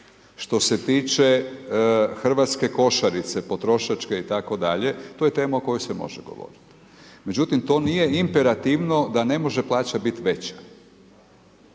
što se tiče hrvatske košarice, potrošačke itd., to je tema o kojoj se može govoriti. Međutim, to nije imperativno da ne može plaća biti veća.